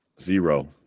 zero